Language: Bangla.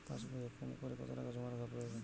পাশবইয়ে কমকরে কত টাকা জমা রাখা প্রয়োজন?